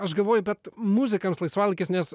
aš galvoju bet muzikams laisvalaikis nes